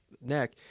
neck